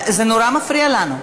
זה נורא מפריע לנו.